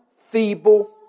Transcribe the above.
feeble